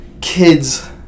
kids